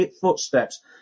footsteps